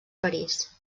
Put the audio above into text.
paris